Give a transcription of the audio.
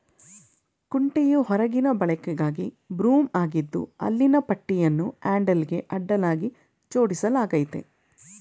ಕುಂಟೆಯು ಹೊರಗಿನ ಬಳಕೆಗಾಗಿ ಬ್ರೂಮ್ ಆಗಿದ್ದು ಹಲ್ಲಿನ ಪಟ್ಟಿಯನ್ನು ಹ್ಯಾಂಡಲ್ಗೆ ಅಡ್ಡಲಾಗಿ ಜೋಡಿಸಲಾಗಯ್ತೆ